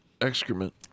excrement